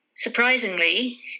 Surprisingly